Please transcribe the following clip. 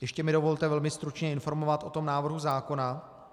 Ještě mi dovolte velmi stručně informovat o tom návrhu zákona.